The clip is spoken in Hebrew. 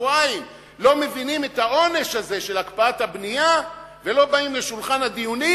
שבועיים לא מבינים את העונש של הקפאת הבנייה ולא באים לשולחן הדיונים,